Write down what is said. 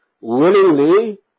Willingly